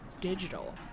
digital